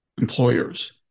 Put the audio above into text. employers